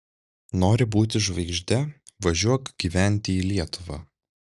nori būti žvaigžde važiuok gyventi į lietuvą